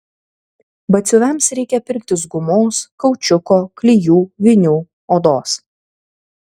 batsiuviams reikia pirktis gumos kaučiuko klijų vinių odos